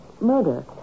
murder